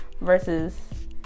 versus